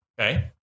Okay